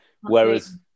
Whereas